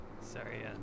Sorry